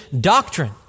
doctrine